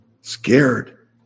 Scared